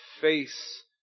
face